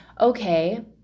okay